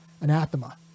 anathema